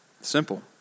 Simple